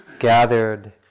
gathered